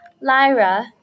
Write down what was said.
Lyra